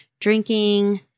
drinking